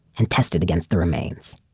and tested against the remains.